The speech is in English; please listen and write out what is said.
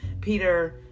Peter